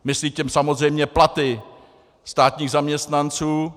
Myslí tím samozřejmě platy státních zaměstnanců.